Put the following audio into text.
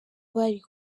bari